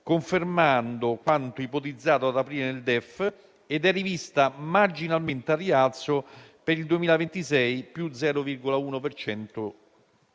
confermando quanto ipotizzato ad aprile nel DEF ed è rivista marginalmente al rialzo per il 2026 (più 0,1